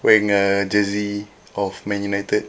wearing a jersey of man united